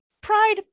pride